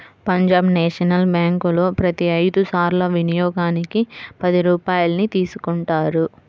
Punjab national బ్యేంకులో ప్రతి ఐదు సార్ల వినియోగానికి పది రూపాయల్ని తీసుకుంటారు